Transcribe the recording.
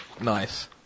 Nice